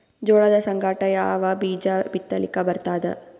ಜೋಳದ ಸಂಗಾಟ ಯಾವ ಬೀಜಾ ಬಿತಲಿಕ್ಕ ಬರ್ತಾದ?